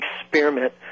experiment